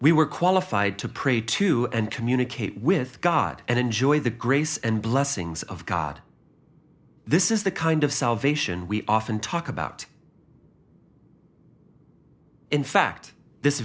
we were qualified to pray to and communicate with god and enjoy the grace and blessings of god this is the kind of salvation we often talk about in fact this